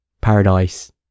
Paradise